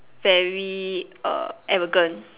very err arrogant